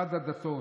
במשרד הדתות,